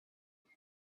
here